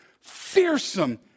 fearsome